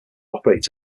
operate